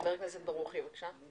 חבר הכנסת ברוכי, בבקשה.